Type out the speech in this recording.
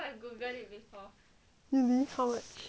really how much